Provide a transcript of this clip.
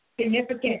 significant